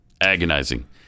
Agonizing